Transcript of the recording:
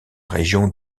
région